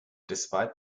despite